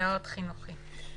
מאוד חינוכי.